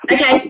Okay